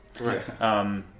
Right